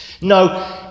no